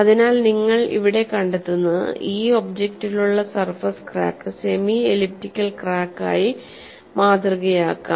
അതിനാൽ നിങ്ങൾ ഇവിടെ കണ്ടെത്തുന്നത് ഈ ഒബ്ജക്റ്റിലുള്ള surface crack semi elliptical crack ആയി മാതൃകയാക്കാം